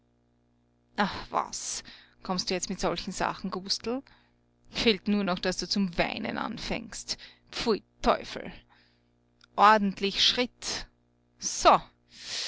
ah was kommst du jetzt mit solchen sachen gustl fehlt nur noch daß zu zum weinen anfangst pfui teufel ordentlich schritt